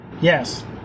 Yes